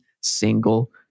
single